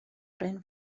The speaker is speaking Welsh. bryn